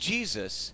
Jesus